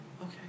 Okay